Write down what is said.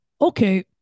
okay